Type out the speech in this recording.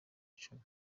icumi